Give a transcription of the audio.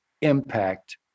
impact